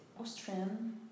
Austrian